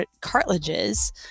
cartilages